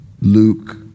Luke